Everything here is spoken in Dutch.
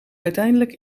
uiteindelijk